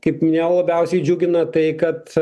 kaip minėjau labiausiai džiugina tai kad